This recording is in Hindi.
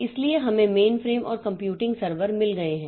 इसलिए हमें मेनफ्रेम और कंप्यूटिंग सर्वर मिल गए हैं